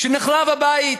כשנחרב הבית,